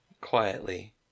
quietly